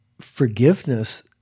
forgiveness